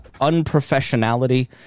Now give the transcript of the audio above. unprofessionality –